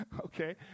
Okay